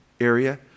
area